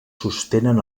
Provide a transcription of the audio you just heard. sostenen